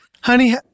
Honey